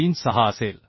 36 असेल